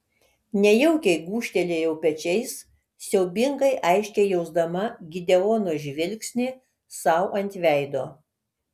nejaukiai gūžtelėjau pečiais siaubingai aiškiai jausdama gideono žvilgsnį sau ant veido